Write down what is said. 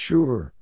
Sure